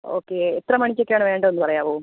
okay എത്ര മണിക്കൊക്കെയാണ് വേണ്ടതെന്ന് പറയാമോ